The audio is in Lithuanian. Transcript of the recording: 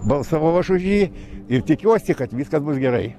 balsavau aš už jį ir tikiuosi kad viskas bus gerai